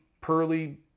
pearly